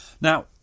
Now